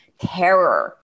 terror